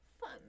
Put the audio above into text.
fun